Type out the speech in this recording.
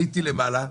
עליתי למעלה,